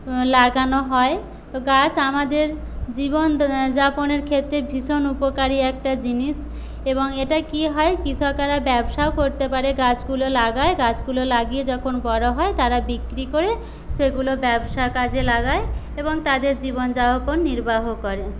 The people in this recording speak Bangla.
লাগানো হয় গাছ আমাদের জীবনযাপনের ক্ষেত্রে ভীষণ উপকারি একটা জিনিস এবং এটা কি হয় কৃষকেরা ব্যবসাও করতে পারে গাছগুলো লাগায় গাছগুলো লাগিয়ে যখন বড়ো হয় তারা বিক্রি করে সেগুলো ব্যবসার কাজে লাগায় এবং তাদের জীবনযাপন নির্বাহ করে